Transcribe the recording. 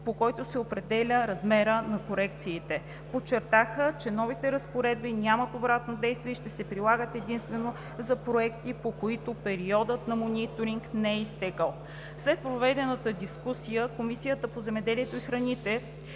по който се определя размерът на корекциите. Подчертаха, че новите разпоредби нямат обратно действие и ще се прилагат единствено за проекти, по които периодът на мониторинг не е изтекъл. След проведената дискусия Комисията по земеделието и храните